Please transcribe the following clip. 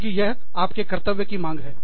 क्योंकि यह आपके कर्तव्य की मांग है